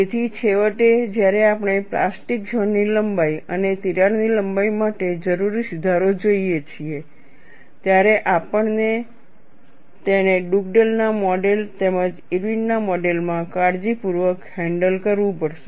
તેથી છેવટે જ્યારે આપણે પ્લાસ્ટિક ઝોન ની લંબાઈ અને તિરાડની લંબાઈ માટે જરૂરી સુધારો જોઈએ છીએ ત્યારે આપણે તેને ડુગડેલ ના મોડેલ તેમજ ઇર્વિનના મોડેલ Irwin's modelમાં કાળજીપૂર્વક હેન્ડલ કરવું પડશે